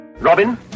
Robin